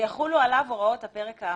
ויחולו עליו הוראות הפרק האמור.